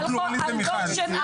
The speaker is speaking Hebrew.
זה דיון על בנות השירות?